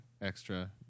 Extra